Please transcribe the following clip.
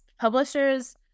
Publishers